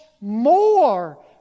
more